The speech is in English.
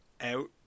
out